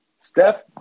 Steph